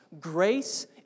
Grace